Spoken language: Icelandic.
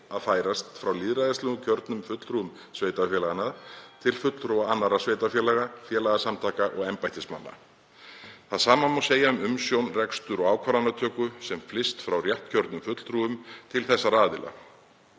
að færast frá lýðræðislega kjörnum fulltrúum sveitarfélaganna til fulltrúa annarra sveitarfélaga, félagasamtaka og embættismanna. Það sama má segja um umsjón, rekstur og ákvarðanatöku sem flyst frá réttkjörnum fulltrúum til þessara aðila.